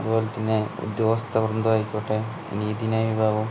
അതുപോലെ തന്നെ ഉദ്യോഗസ്ഥര് എന്തോ ആയിക്കോട്ടെ നീതിന്യായ വിഭാഗം